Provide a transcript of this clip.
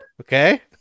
okay